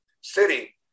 City